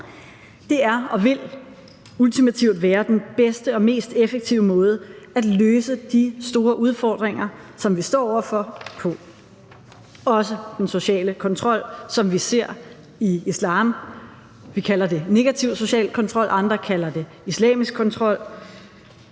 Det er og vil ultimativt være den bedste og mest effektive måde at løse de store udfordringer, som vi står over for, på, altså også den sociale kontrol, som vi ser i islam. Vi kalder det negativ social kontrol, andre kalder det islamisk kontrol